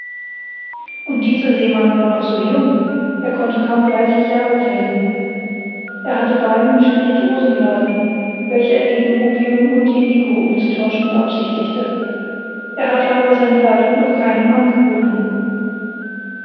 und dieser seemann war noch so jung er konnte kaum dreißig jahre zählen er hatte wein und spirituosen geladen welche er gegen opium und indigo umzutauschen beabsichtigte er hatte aber seine ladung noch keinem angeboten